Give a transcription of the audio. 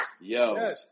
Yo